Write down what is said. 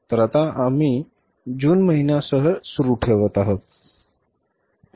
तर आता आम्ही जून महिन्यासह सुरू ठेवत आहोत